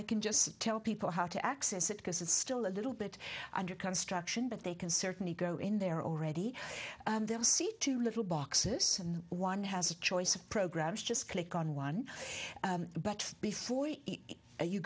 i can just tell people how to access it because it's still a little bit under construction but they can certainly go in there already there see two little boxes and one has a choice of programs just click on one but before you